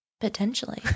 Potentially